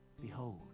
Behold